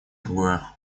другое